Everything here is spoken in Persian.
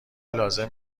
لازم